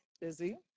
busy